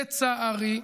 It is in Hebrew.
לצערי,